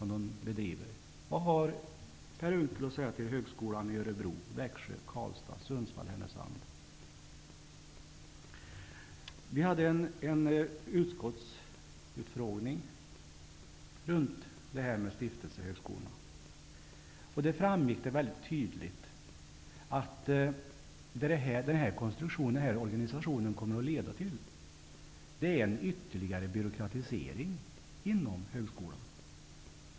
Vad har Per Unckel att säga till högskolorna i Örebro, Vi hade en utskottsutfrågning om detta med stiftelsehögskolor. Det framgick tydligt att denna konstruktion kommer att leda till en ytterligare byråkratisering inom högskolan.